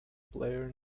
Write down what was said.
player